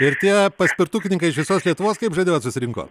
ir tie paspirtukininkai iš visos lietuvos kaip žadėjot susirinko